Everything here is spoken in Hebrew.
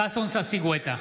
ששון ששי גואטה,